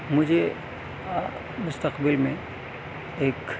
مجھے مستقبل میں ایک